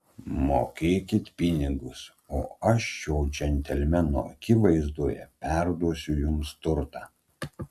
mokėkit pinigus o aš šio džentelmeno akivaizdoje perduosiu jums turtą